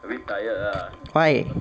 why